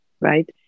Right